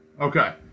Okay